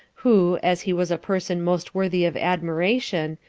who, as he was a person most worthy of admiration,